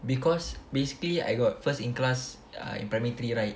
because basically I got first in class ah in primary three right